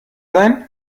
sein